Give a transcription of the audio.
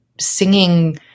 singing